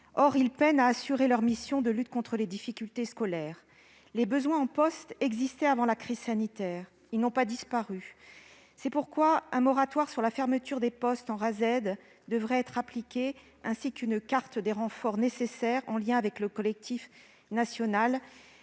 peinent à assumer leurs missions de lutte contre les difficultés scolaires. Les besoins en postes existaient avant la crise sanitaire ; ils n'ont pas disparu depuis. C'est pourquoi un moratoire sur la fermeture des postes en Rased devrait être appliqué. Il faut également dresser une carte des renforts nécessaires en lien avec le collectif national